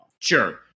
Sure